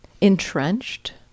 entrenched